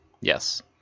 Yes